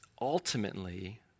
ultimately